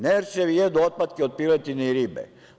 Nerčevi jedu otpatke od piletine i ribe.